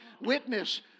Witness